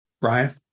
brian